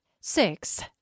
Six